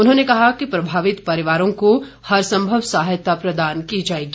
उन्होंने कहा कि प्रभावित परिवारों को हर संभव सहायता प्रदान की जाएगी